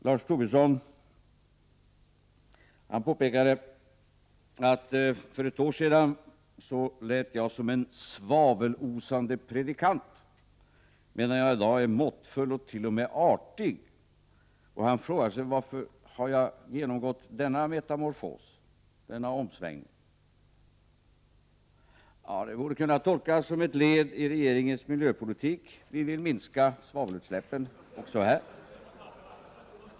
Lars Tobisson påpekade att jag för ett år sedan lät som en svavelosande predikant, medan jag i dag är måttfull och t.o.m. artig. Han frågar sig varför jag genomgått denna metamorfos, gjort denna omsvängning. Det borde kunna tolkas som ett led i regeringens miljöpolitik. Vi vill minska svavelutsläppen också här.